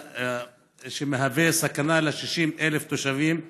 שמהווה סכנה ל-60,000 תושבים,